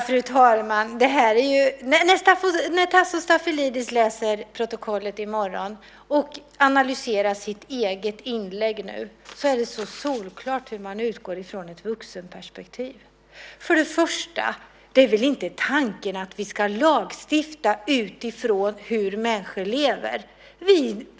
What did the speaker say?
Fru talman! När Tasso Stafilidis läser protokollet i morgon och analyserar sitt eget inlägg nu kommer han att se att det är solklart att man utgår ifrån ett vuxenperspektiv. Tanken är väl inte att vi ska lagstifta utifrån hur människor lever.